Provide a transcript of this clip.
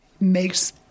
makes